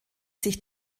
sich